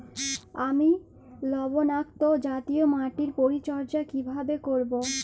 আমি লবণাক্ত জাতীয় মাটির পরিচর্যা কিভাবে করব?